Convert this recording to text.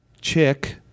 chick